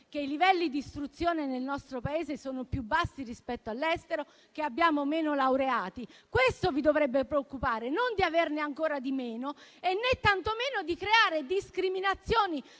che i livelli di istruzione nel nostro Paese sono più bassi rispetto all'estero e che abbiamo meno laureati? È questo che vi dovrebbe preoccupare e non di averne ancora di meno, né tantomeno di creare discriminazioni